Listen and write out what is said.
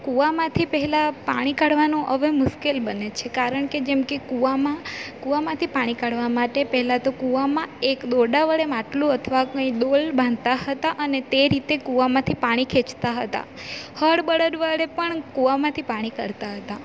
કુવામાંથી પહેલાં પાણી કાઢવાનો હવે મુશ્કેલ બને છે કારણ કે જેમ કે કુવામાં કુવામાંથી પાણી કાઢવા માટે પહેલાં તો કુવામાં એક દોરડા વડે માટલું અથવા કંઈ ડોલ બાંધતા હતા અને તે રીતે કુવામાંથી પાણી ખેંચતા હતાં હળબળદ વડે પણ કૂવામાંથી પાણી કાઢતાં હતાં